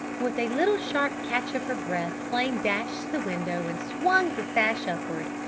with a little sharp catch of her breath flame dashed to the window, and swung the sash upward!